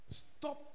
stop